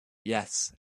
yet